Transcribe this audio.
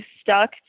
stuck